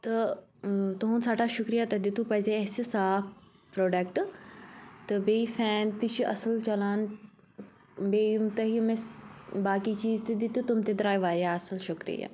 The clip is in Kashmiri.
تہٕ تُہُنٛد سَٮ۪ھٹاہ شُکریہ تۄہہِ دیُتوٕ پَزے اَسہِ صاف پرٛوڈَکٹہٕ تہٕ بیٚیہِ فین تہِ چھِ اَصٕل چَلان بیٚیہِ یِم تۄہہِ یِم اَسہِ باقٕے چیٖز تہِ دِتوٕ تِم تہِ درٛاے واریاہ اَصٕل شُکریہ